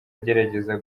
agerageza